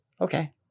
Okay